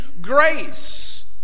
grace